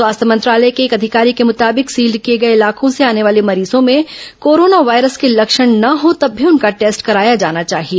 स्वास्थ्य मंत्रालय के एक अधिकारी के मुताबिक सील्ड किए गए इलाकों से आने वाले मरीजों में कोरोना वायरस के लक्षण न हों तब भी उनका टेस्ट कराया जाना चाहिए